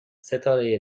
ستاره